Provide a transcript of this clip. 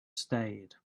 stayed